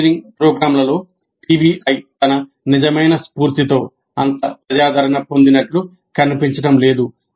engineering ప్రోగ్రామ్లలో PBI తన నిజమైన స్ఫూర్తితో అంత ప్రజాదరణ పొందినట్లు కనిపించడం లేదు